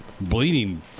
bleeding